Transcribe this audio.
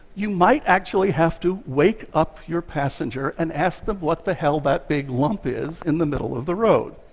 you might actually have to wake up your passenger and ask them what the hell that big lump is in the middle of the road.